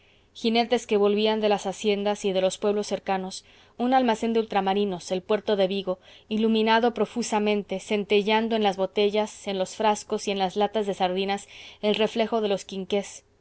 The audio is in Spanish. jinetes que volvían de las haciendas y de los pueblos cercanos un almacén de ultramarinos el puerto de vigo iluminado profusamente centelleando en las botellas en los frascos y en las latas de sardinas el reflejo de los